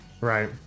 Right